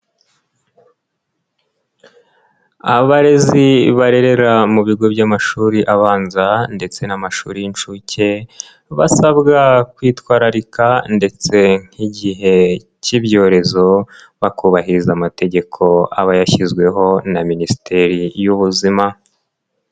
Abarezi barerera mu bigo by'amashuri abanza ndetse n'amashuri y'incuke, basabwa kwitwararika ndetse nk'igihe cy'ibyorezo, bakubahiriza amategeko aba yashyizweho na minisiteri y'ubuzima.